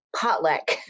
potluck